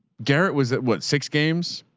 garrett was at what, six games.